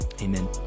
Amen